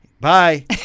Bye